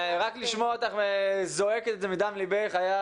היה שווה וחשוב לשמוע אותך זועקת מדם לבך.